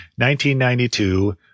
1992